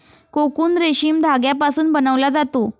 cocoon रेशीम धाग्यापासून बनवला जातो